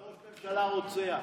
קראו לראש ממשלה "רוצח".